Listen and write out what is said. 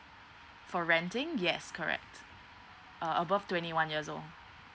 for renting yes correct uh above twenty one years old